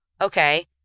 Okay